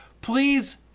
Please